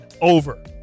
over